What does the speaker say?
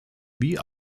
wie